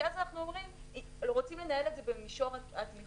כי אז אנחנו אומרים: רוצים לנהל את זה במישור התמיכות,